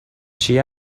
she